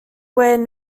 when